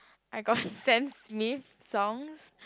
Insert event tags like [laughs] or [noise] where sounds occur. I got [laughs] Sam-Smith songs